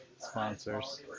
sponsors